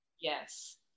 Yes